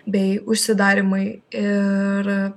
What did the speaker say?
bei užsidarymai ir